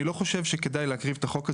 אני לא חושב שכדאי להקריב את החוק הזה,